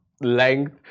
Length